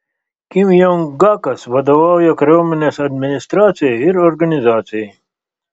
kim jong gakas vadovauja kariuomenės administracija ir organizacijai